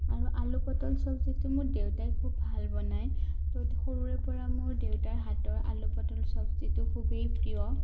আৰু আলু পটল চবজিটো মোৰ দেউতাই খুব ভাল বনাই ত' সৰুৰে পৰা মোৰ দেউতাৰ হাতৰ আলু পটল চবজিটো খুবেই প্ৰিয়